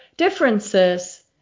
differences